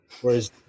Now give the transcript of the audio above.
whereas